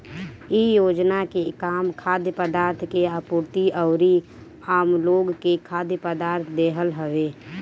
इ योजना के काम खाद्य पदार्थ के आपूर्ति अउरी आमलोग के खाद्य पदार्थ देहल हवे